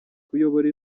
kuyobora